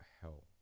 hell